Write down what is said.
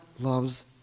loves